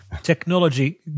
technology